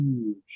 huge